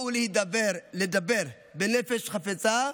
בואו לדבר בנפש חפצה,